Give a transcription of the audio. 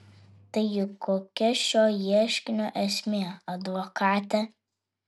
taigi kokia šio ieškinio esmė advokate